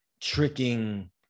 tricking